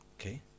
okay